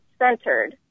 centered